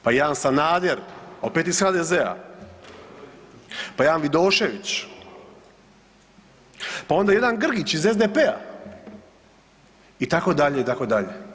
Pa jedan Sanader opet iz HZD-a, pa jedan Vidošević, pa onda jedan Grgić iz SDP-a itd., itd.